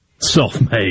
Self-made